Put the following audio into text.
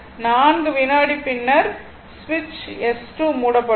4 வினாடி பின்னர் சுவிட்ச் S2 மூடப்பட்டுள்ளது